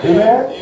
Amen